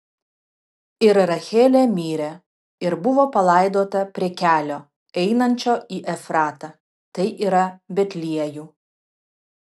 ir rachelė mirė ir buvo palaidota prie kelio einančio į efratą tai yra betliejų